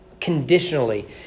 conditionally